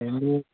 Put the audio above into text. ओरैनो